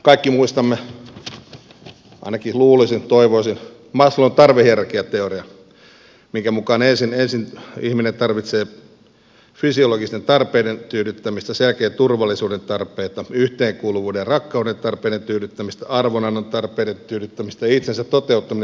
kaikki muistamme ainakin luulisin toivoisin maslown tarvehierarkiateorian minkä mukaan ensin ihminen tarvitsee fysiologisten tarpeiden tyydyttämistä sen jälkeen turvallisuuden tarpeiden yhteenkuuluvuuden ja rakkauden tarpeiden tyydyttämistä arvonannon tarpeiden tyydyttämistä ja itsensä toteuttaminen tulee viimeisenä